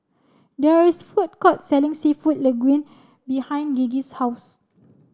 there is food court selling Seafood Linguine behind Gigi's house